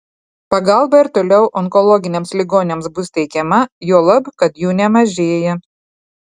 pagalba ir toliau onkologiniams ligoniams bus teikiama juolab kad jų nemažėja